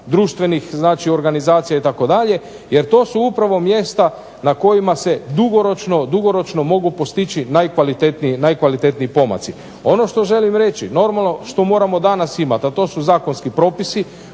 društvenih organizacija itd. jer to su upravo mjesta na kojima se dugoročno mogu postići najkvalitetniji pomaci. Ono što želim reći normalno što moramo danas imati, a to su zakonski propisi.